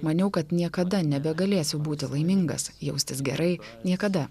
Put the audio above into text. maniau kad niekada nebegalėsiu būti laimingas jaustis gerai niekada